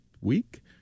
week